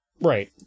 Right